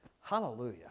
Hallelujah